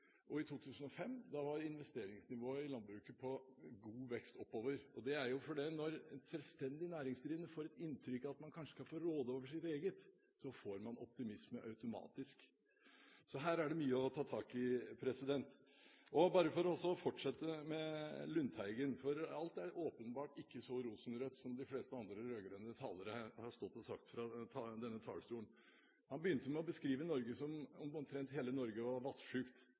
Høyre-regjering. I 2005 var investeringsnivået i landbruket på god vei oppover. Det er fordi når selvstendig næringsdrivende kan få et inntrykk av at man kanskje skal få råde over sitt eget, får man optimisme automatisk. Så her er det mye å ta tak i. Bare for å fortsette med Lundteigen: Alt er åpenbart ikke så rosenrødt som de fleste andre rød-grønne talere har stått og sagt fra denne talerstolen. Han begynte å beskrive Norge som at omtrent hele Norge var